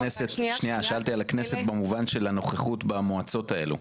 שאלתי על הכנסת במובן של הנוכחות במועצות האלו.